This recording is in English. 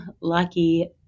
lucky